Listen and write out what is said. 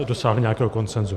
Dosáhnout nějakého konsenzu.